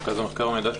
לנו